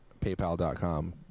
paypal.com